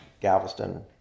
Galveston